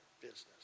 business